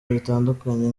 bitandukanye